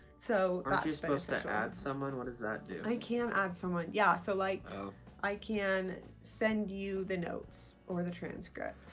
so are you supposed to add someone? what does that do? i can add someone, yeah so like ah i can send you the notes or the transcript.